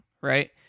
right